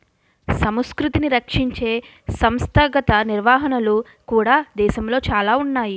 సంస్కృతిని రక్షించే సంస్థాగత నిర్వహణలు కూడా దేశంలో చాలా ఉన్నాయి